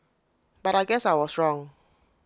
but I guess I was wrong